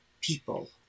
people